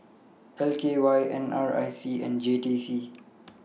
L K Y N R I C and J T C